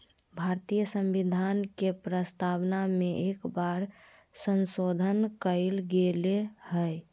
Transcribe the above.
भारतीय संविधान के प्रस्तावना में एक बार संशोधन कइल गेले हइ